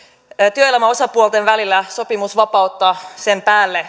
työelämäosapuolten välillä sopimusvapautta sopia ehdoista sen päälle